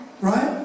right